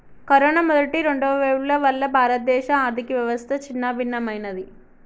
corona మొదటి, రెండవ వేవ్ల వల్ల భారతదేశ ఆర్ధికవ్యవస్థ చిన్నాభిన్నమయ్యినాది